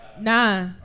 Nah